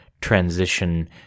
transition